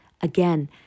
Again